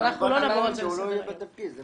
אנחנו לא נעבור על זה לסדר היום.